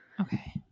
Okay